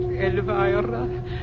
Elvira